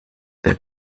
their